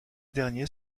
derniers